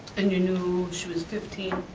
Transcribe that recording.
and you knew she was fifteen?